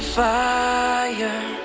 fire